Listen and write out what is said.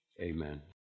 Amen